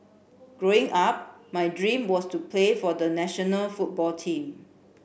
Growing Up my dream was to play for the national football team